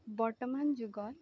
বৰ্তমান যুগত